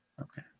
Okay